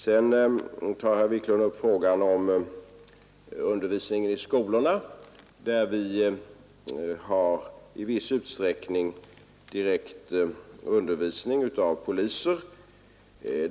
Herr Wiklund tar upp frågan om undervisning i skolorna där vi i viss utsträckning har direkt undervisning av poliser.